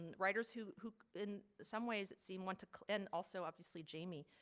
and writers who who in some ways seem want to and also obviously jamie,